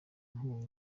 inkunga